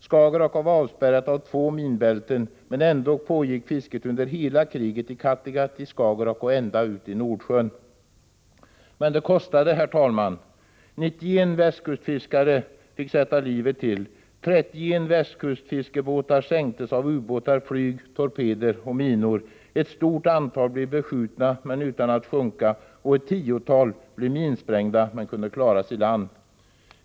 Skagerrak var avspärrat av två minbälten, men ändå pågick fisket under hela kriget i Kattegatt, Skagerrak och ända ut i Nordsjön. Men, herr talman, det kostade mycket. 91 västkustfiskare fick sätta livet till och 31 västkustsfiskebåtar sänktes av ubåtar, torpeder och minor. Ett stort antal båtar blev beskjutna, men utan att sjunka, och ett tiotal blev minsprängda, men kunde klaras i land.